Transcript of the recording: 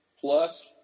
plus